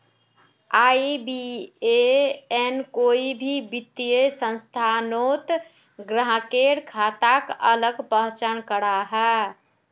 IBAN कोई भी वित्तिय संस्थानोत ग्राह्केर खाताक अलग पहचान कराहा